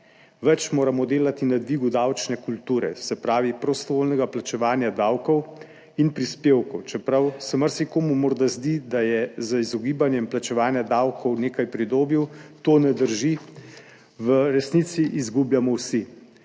Več moramo delati na dvigu davčne kulture, se pravi prostovoljno plačevanje davkov in prispevkov, čeprav se marsikomu morda zdi, da je z izogibanjem plačevanja davkov nekaj pridobil, to ne drži. V resnici izgubljamo vsi,